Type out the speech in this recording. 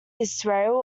israel